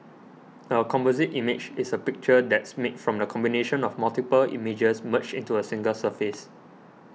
a composite image is a picture that's made from the combination of multiple images merged into a single surface